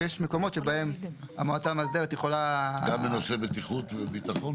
שיש מקומות בהם המועצה המאסדרת יכולה --- גם בנושאי בטיחות וביטחון?